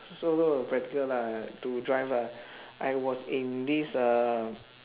so call the practical lah to drive lah I was in this uh